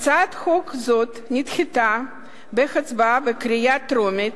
הצעת חוק זאת נדחתה בהצבעה בקריאה טרומית